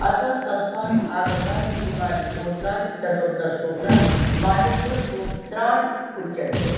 अतः तस्मात् आगतानि इमानि सूत्राणि चतुर्दश सूत्राणि माहेश्वरसूत्राणि उच्यन्ते